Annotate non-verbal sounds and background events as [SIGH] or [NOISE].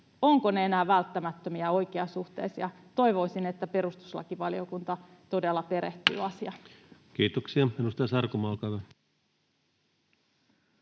Ovatko ne enää välttämättömiä ja oikeasuhteisia? Toivoisin, että perustuslakivaliokunta todella perehtyy [NOISE] asiaan.